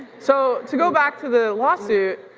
so, to go back to the lawsuit,